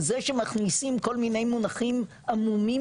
וזה שמכניסים כל מיני מונחים עמומים